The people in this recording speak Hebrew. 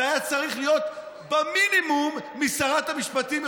זה היה צריך להיות מינימום משרת המשפטים,